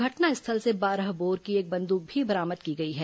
घटनास्थल से बारह बोर की एक बंद्रक भी बरामद की गई है